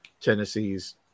Tennessee's